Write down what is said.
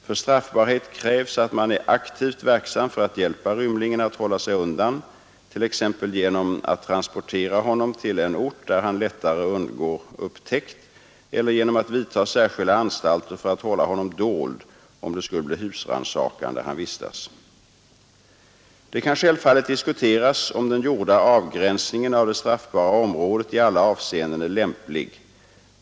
För straffbarhet krävs att man är aktivt verksam för att hjälpa rymlingen att hålla sig undan, t.ex. genom att transportera honom till en ort, där han lättare undgår upptäckt, eller genom att vidta särskilda anstalter för att hålla honom dold om det skulle bli husrannsakan där han vistas. Det kan självfallet diskuteras om den gjorda avgränsningen av det straffbara området i alla avseenden är lämplig.